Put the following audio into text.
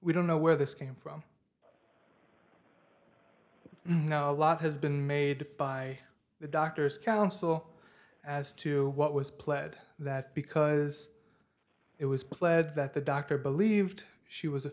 we don't know where this came from you know a lot has been made by the doctors counsel as to what was pled that because it was pled that the doctor believed she was a